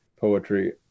poetry